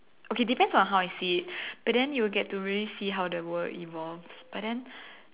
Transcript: okay depends on how I see it but then you will get to really see how the world evolves but then